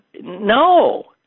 No